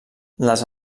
les